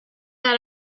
had